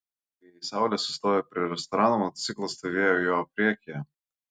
kai saulė sustojo prie restorano motociklas stovėjo jo priekyje